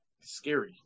scary